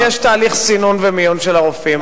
תהליך סינון ומיון של הרופאים.